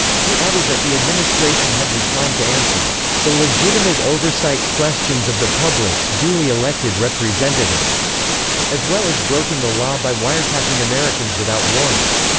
he added that the administration had declined to answer the legitimate oversight questions of the public's duly elected representatives as well as broken the law by wiretapping americans without warrants.